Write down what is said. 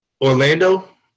Orlando